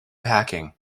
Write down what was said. packing